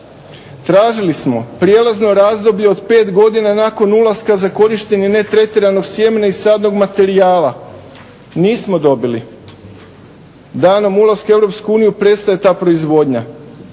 Tražili smo prijelazno razdoblje od 5 godina nakon ulaska za korištenje netretiranog sjemena i sadnog materijala. Nismo dobili. Danom ulaska u EU prestaje ta proizvodnja.